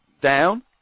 down